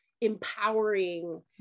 empowering